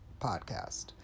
podcast